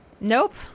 Nope